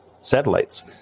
satellites